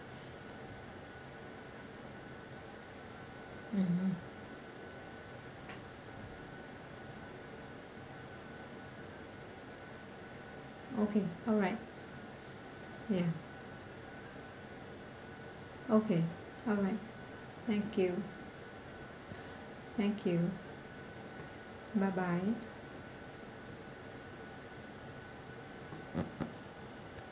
mmhmm okay alright ya okay alright thank you thank you bye bye